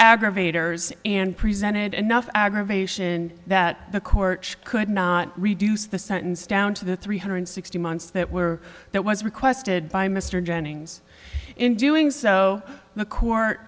aggravators and presented enough aggravation that the court could not reduce the sentence down to the three hundred sixty months that were that was requested by mr jennings in doing so the court